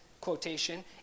quotation